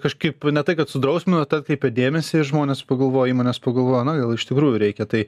kažkaip ne tai kad sudrausminot atkreipėt dėmesį žmonės pagalvojo įmonės pagalvojo na jau iš tikrųjų reikia tai